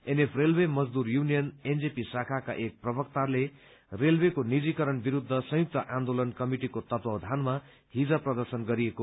NF railway मजदूर union NJP शाखाका एक प्रवक्ताले बताए अनुसार रेलवेको निजीकरण विरूद्ध संयुक्त आन्दोलन कमिटिको तत्वावधानमा हिज प्रदर्शन गरिएको थियो